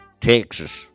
Texas